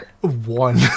One